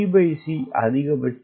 t c அதிகபட்சம் 12